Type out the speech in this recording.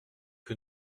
que